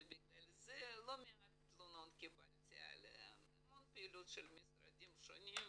ובגלל זה קיבלתי לא מעט תלונות על המון פעילויות של משרדים שונים.